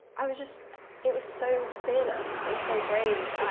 i was just it was so fearless. it was so brave.